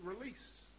release